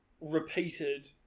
repeated